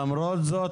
למרות זאת,